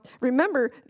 remember